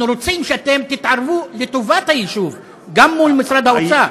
אנחנו רוצים שאתם תתערבו לטובת היישוב גם מול משרד האוצר.